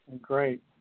Great